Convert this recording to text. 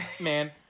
man